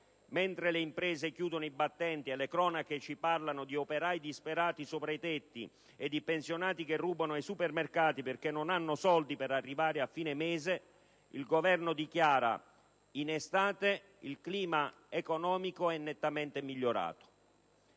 mentre le imprese chiudono i battenti e le cronache ci parlano di operai disperati sopra i tetti e di pensionati che rubano ai supermercati perché non hanno soldi per arrivare a fine mese, il Governo dichiara: «In estate il clima economico è nettamente migliorato».